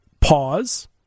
pause